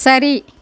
சரி